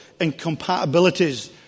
incompatibilities